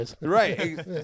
Right